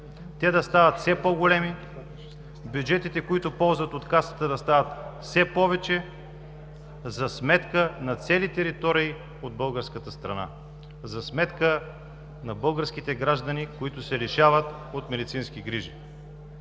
Те да стават все по-големи, бюджетите, които ползват от Касата, да стават все повече за сметка на цели територии от българската страна, за сметка на българските граждани, които се лишават от медицински грижи.